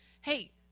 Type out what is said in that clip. Hey